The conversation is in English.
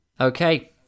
Okay